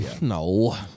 No